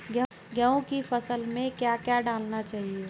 गेहूँ की फसल में क्या क्या डालना चाहिए?